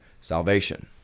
salvation